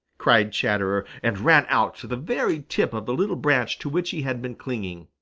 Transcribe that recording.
cried chatterer, and ran out to the very tip of the little branch to which he had been clinging.